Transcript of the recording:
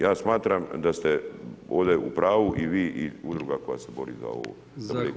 Ja smatram da ste ovdje u pravu i vi i Udruga koja se bori za ovo